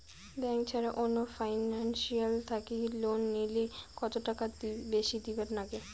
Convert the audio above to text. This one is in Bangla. ব্যাংক ছাড়া অন্য ফিনান্সিয়াল থাকি লোন নিলে কতটাকা বেশি দিবার নাগে?